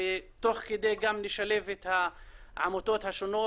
ותוך כדי גם לשלב את העמותות השונות.